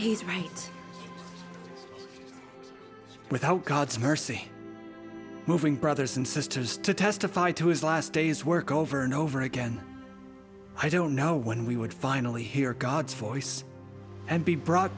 he's right without god's mercy moving brothers and sisters to testify to his last days work over and over again i don't know when we would finally hear god's voice and be brought